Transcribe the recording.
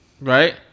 Right